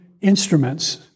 instruments